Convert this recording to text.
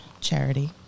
Charity